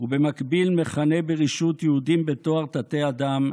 ובמקביל מכנה ברשעות יהודים בתואר "תתי-אדם",